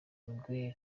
miguel